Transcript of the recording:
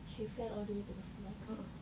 she fell all the way to the floor I'll do it